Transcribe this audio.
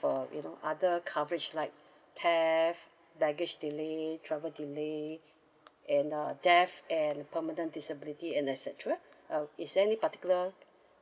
for you know other coverage like theft baggage delay travel delay and uh death and permanent disability and et cetera uh is there any particular